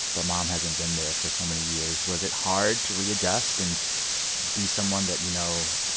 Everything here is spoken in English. but mom hasn't been there for so many years. was it hard to readjust and be someone that, you know,